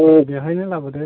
दे बेवहायनो लाबोदो